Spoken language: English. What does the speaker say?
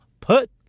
Put